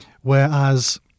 Whereas